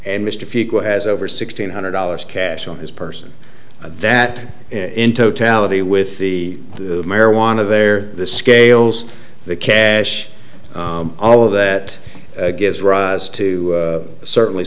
fieger has over sixteen hundred dollars cash on his person that in totality with the marijuana there the scales the cash all of that gives rise to certainly